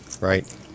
right